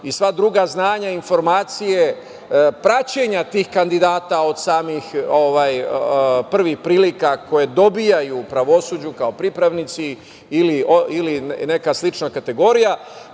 i sva druga znanja i informacije, praćenja tih kandidata od samih prvih prilika koje dobijaju u pravosuđu kao pripravnici ili neka slična kategorija.